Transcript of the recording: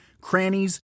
crannies